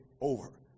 over